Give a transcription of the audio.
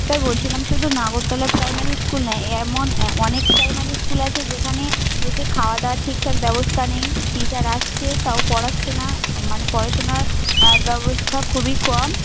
sir বলছিলাম শুধু Nagartala primary school নয় এমন অনেক প্রাইমারি স্কুল আছে যেখানে হচ্ছে খাওয়া দাওয়ার ঠিক ঠাক ব্যবস্থা নেই টিচার আসছে তাও পড়াচ্ছে না মানে পড়াশুনা আর ব্যবস্থা খুবই কম